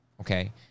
okay